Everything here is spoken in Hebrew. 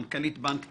מנכ"לית בנק דיסקונט.